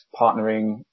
partnering